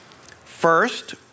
First